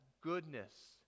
Goodness